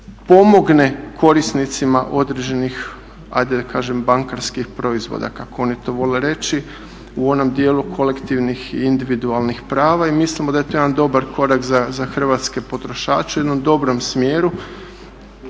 pomogne korisnicima određenih ajde da kažem bankarskih proizvoda kako oni to vole reći u onom dijelu kolektivnih i individualnih prava. I mislimo da je to jedan dobar korak za hrvatske potrošače u jednom dobrom smjeru.